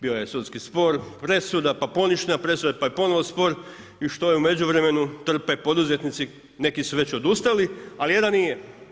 Bio je sudski spor, presuda pa poništena presuda pa je ponovno spor i što je u međuvremenu, trpe poduzetnici, neki su već odustali ali jedan nije.